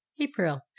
April